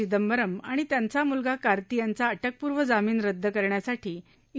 चिदंबरम आणि त्यांचा मुलगा कार्ती यांचा अटक पूर्व जामीन रद्द करण्यासाठी ई